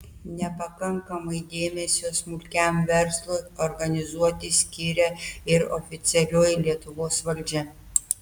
nepakankamai dėmesio smulkiam verslui organizuoti skiria ir oficialioji lietuvos valdžia